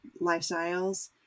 lifestyles